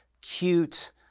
cute